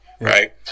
right